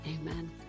Amen